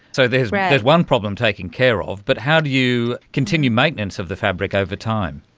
so there's there's one problem taken care of, but how do you continue maintenance of the fabric over time?